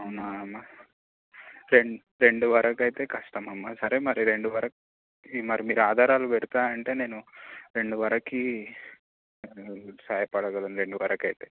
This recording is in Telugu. అవునా అమ్మా రెం రెండు వరకైతే కష్టమమ్మా సరే మరి రెండు వరకు మరి మీరు ఆధారాలు పెడతా అంటే నేను రెండు వరకి సహాయపడగలలను రెండు వరకైతే